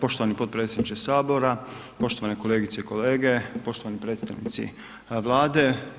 Poštovani potpredsjedniče Sabora, poštovane kolegice i kolege, poštovani predstavnici Vlade.